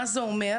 מה זה אומר?